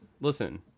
listen